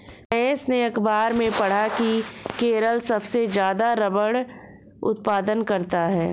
महेश ने अखबार में पढ़ा की केरल सबसे ज्यादा रबड़ उत्पादन करता है